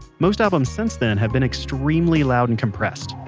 most albums since then have been extremely loud and compressed,